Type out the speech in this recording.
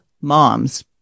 moms